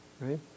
right